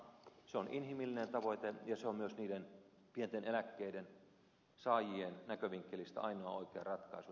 se on inhimillinen tavoite ja se on myös niiden pienten eläkkeiden saajien näkövinkkelistä ainoa oikea ratkaisu